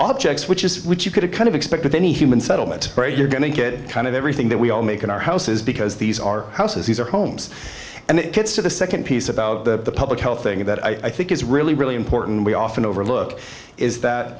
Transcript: objects which is which you could kind of expect that any human settlement where you're going to get kind of everything that we all make in our houses because these are houses these are homes and it gets to the nd piece about the public health thing that i think is really really important we often overlook is that